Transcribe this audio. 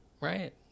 Right